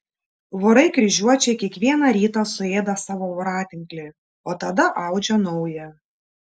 vorai kryžiuočiai kiekvieną rytą suėda savo voratinklį o tada audžia naują